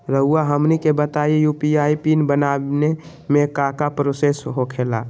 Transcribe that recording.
रहुआ हमनी के बताएं यू.पी.आई पिन बनाने में काका प्रोसेस हो खेला?